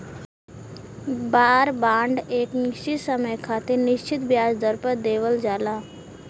वार bond एक निश्चित समय खातिर निश्चित ब्याज दर पर देवल जाला